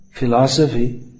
Philosophy